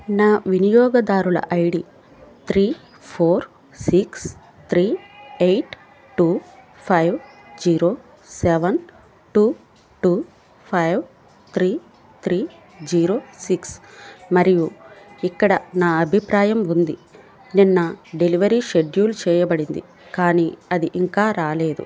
నా వినియోగదారుల ID three four six three eight two five zero seven two two five three three zero six మరియు ఇక్కడ నా అభిప్రాయం ఉంది నిన్న డెలివరీ షెడ్యూల్ చేయబడింది కానీ అది ఇంకా రాలేదు